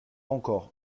encore